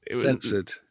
censored